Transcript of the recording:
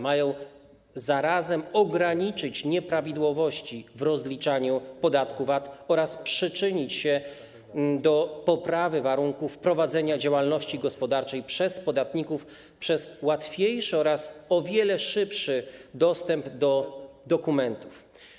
Mają zarazem ograniczyć nieprawidłowości w rozliczaniu podatku VAT oraz przyczynić się do poprawy warunków prowadzenia działalności gospodarczej przez podatników przez łatwiejszy oraz o wiele szybszy dostęp do dokumentów.